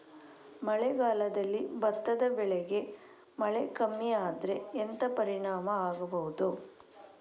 ಮಳೆಗಾಲದಲ್ಲಿ ಭತ್ತದ ಬೆಳೆಗೆ ಮಳೆ ಕಮ್ಮಿ ಆದ್ರೆ ಎಂತ ಪರಿಣಾಮ ಆಗಬಹುದು?